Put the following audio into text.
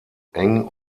eng